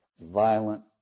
violent